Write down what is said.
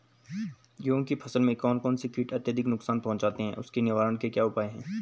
गेहूँ की फसल में कौन कौन से कीट अत्यधिक नुकसान पहुंचाते हैं उसके निवारण के क्या उपाय हैं?